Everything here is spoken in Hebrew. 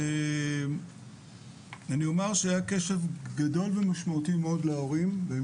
ואני אומר שהיה קשב גדול ומשמעותי להורים והם